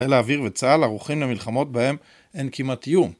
חיל האוויר וצהל ערוכים למלחמות בהם אין כמעט איום